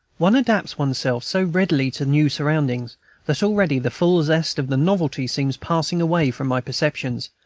one adapts one's self so readily to new surroundings that already the full zest of the novelty seems passing away from my perceptions,